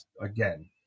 again